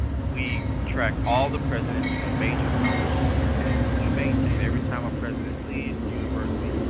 we track all the presidents and their major accomplishments, and we maintain. every time a president leaves the university,